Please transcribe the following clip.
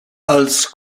als